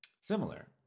Similar